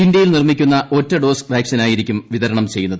ഇന്ത്യയിൽ നിർമ്മിക്കുന്ന ഒറ്റ ഡോസ് വാക്സിനായിരിക്കും വിതരണം ചെയ്യുന്നത്